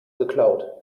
geklaut